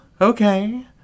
okay